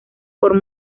por